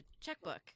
checkbook